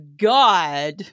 God